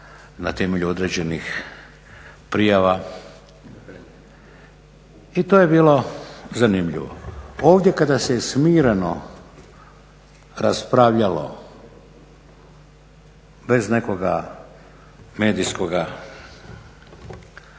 na temelju određenih prijava i to je bilo zanimljivo. Ovdje kada se smireno raspravljalo bez nekoga medijskoga